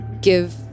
give